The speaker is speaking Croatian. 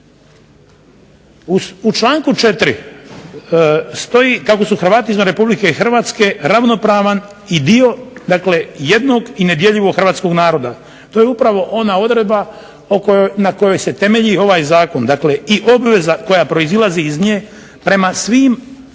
U članku 4. stoji kako su Hrvati izvan Republike Hrvatske ravnopravan i dio jednog i nedjeljivog Hrvatskog naroda, to je upravo ona odredba na kojoj se temelji ovaj Zakon, dakle i obveza koja proizlazi iz nje prema svim